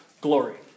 glory